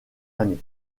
années